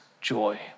joy